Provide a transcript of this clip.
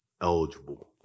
eligible